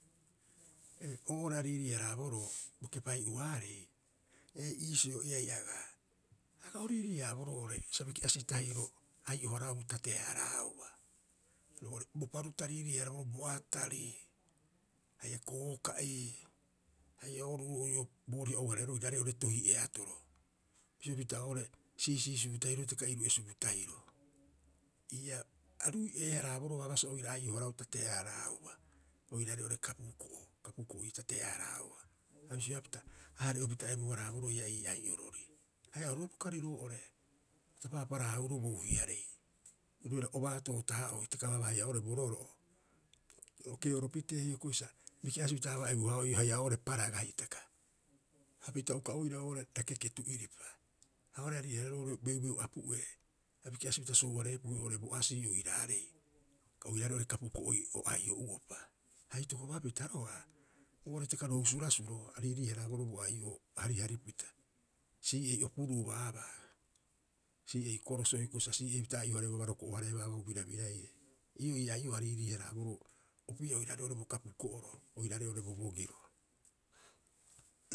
Oo'ore a riiriiharaaborobo kepai'uaarei, ee iisio'iai agaa, aga oriirii- haraaboroo oo'ore sa biki'asi tahiro ai'o- haraau tate- haaraauba. Bo paru ta riirii- haraaboro, bo atarii haia kooka'i haia oru'oo ii'oo a booriha ou- hareeroo oiraarei oo'ore to hi'eatoro, bisio pita oo'ore siisii subu tahiro hitaka iru'e subu tahiro. Ii'aa arui'ee- haraboroo babaa sa oira oai'o- haraau tate- haarauba, oiraarei oo'ore kapuko'o, kapuko'oi tate- haaraauba. A bisioea pita a hare'opita ebu- haraaboroo ii'aa ii ai'orori. Haia oru roira bokari roo'ore, ta paapara- haahuuroo bouhiarei, obaato taha'aoo hitaka haia oo'ore bororo'o, o kero pitee hioko'i sa biki'asipita babaa ebu- aa'ohe haia oo'ore paraga hitaka. Hapita uka oira o'ore rakeketu'iropa, ha oo'ore a riirii- areeroo beubeu apu'ee, sa biki'asipita sohuareepuhe oo'ore bo asii oiraarei, oiraarei oo'ore kapuko'oi o ai'o'uopa. Ha itokopapita roga'a oo'ore hitaka rohusu rasuro ariirii- haraboroo bo ai'o'oo hariharipita. Sii'ei opuruu baabaa, sii'ei koroso hioko'i sa sii'eipita ai'ohareeuba roko'ohareeu babaa bo birabiraire. Ii'oo ii ai'oroo a riirii- haraaboroo opii'a oiraarei oo'ore bo kapuko'oro oiraarei oo'ore bobogiro.